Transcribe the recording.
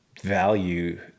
value